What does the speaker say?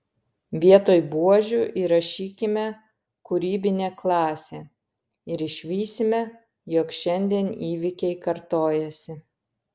vietoj buožių įrašykime kūrybinė klasė ir išvysime jog šiandien įvykiai kartojasi